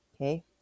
okay